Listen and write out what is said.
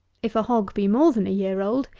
if a hog be more than a year old,